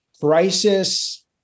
crisis